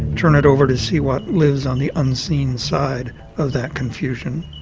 turn it over to see what lives on the unseen side of that confusion.